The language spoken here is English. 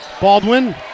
Baldwin